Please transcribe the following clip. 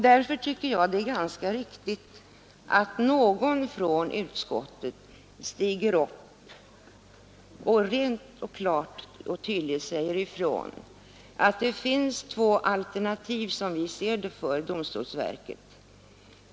Därför tycker jag att det är ganska viktigt att någon från justitieutskottet stiger upp och tydligt säger ifrån att det finns, som vi ser det, två alternativ för domstolsverket.